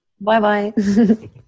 Bye-bye